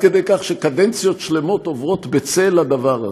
עד כדי כך שקדנציות שלמות עוברות בצל הדבר הזה,